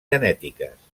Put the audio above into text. genètiques